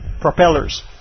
propellers